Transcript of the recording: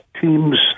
teams